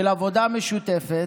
של עבודה משותפת